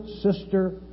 sister